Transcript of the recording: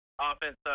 Offense